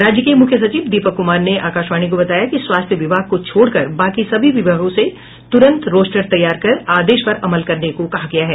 राज्य के मुख्य सचिव दीपक कुमार ने आकाशवाणी को बताया कि स्वास्थ्य विभाग को छोड़कर बाकी सभी विभागों से त्रंत रोस्टर तैयार कर आदेश पर अमल करने को कहा गया है